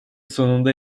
sonunda